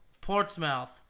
Portsmouth